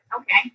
Okay